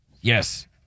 Yes